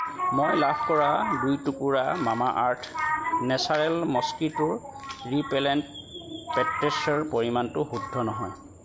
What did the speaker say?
মই লাভ কৰা দুই টুকুৰা মামাআৰ্থ নেচাৰেল মস্কিটো ৰিপেলেণ্ট পেট্ৰেছৰ পৰিমাণটো শুদ্ধ নহয়